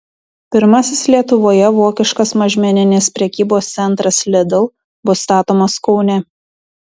pirmasis lietuvoje vokiškas mažmeninės prekybos centras lidl bus statomas kaune